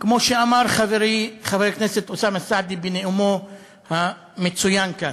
כמו שאמר חברי חבר הכנסת אוסאמה סעדי בנאומו המצוין כאן: